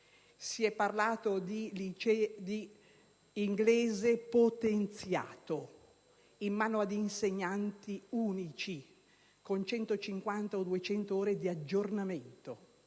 Si è parlato di inglese potenziato in mano ad insegnanti unici, con 150 o 200 ore di aggiornamento.